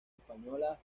española